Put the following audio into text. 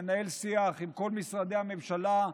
ננהל שיח עם כל משרדי הממשלה.